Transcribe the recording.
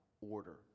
order